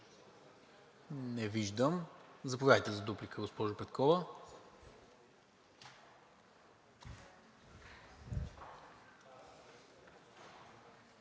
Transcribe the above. Не виждам. Заповядайте за дуплика, госпожо Петкова.